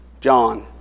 John